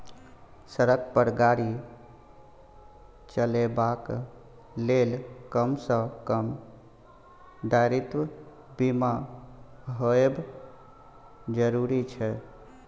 सड़क पर गाड़ी चलेबाक लेल कम सँ कम दायित्व बीमा होएब जरुरी छै